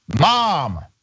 mom